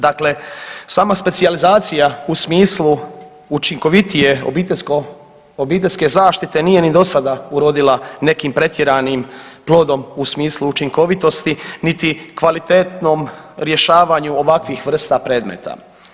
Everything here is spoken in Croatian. Dakle, sama specijalizacija u smislu učinkovitije obiteljsko, obiteljske zaštite nije ni dosada urodila nekim pretjeranim plodom u smislu učinkovitosti, niti kvalitetnom rješavanju ovakvih vrsta predmeta.